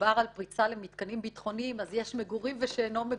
כשמדובר על פריצה למתקנים ביטחוניים אז יש מגורים ושאינו מגורים,